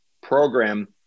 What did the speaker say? program